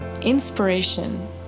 Inspiration